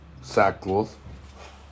sackcloth